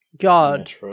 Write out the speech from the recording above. God